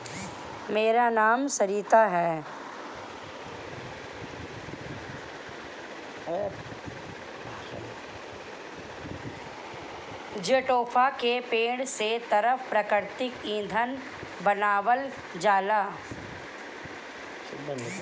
jatropha के पेड़े से तरल प्राकृतिक ईंधन बनावल जाला